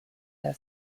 der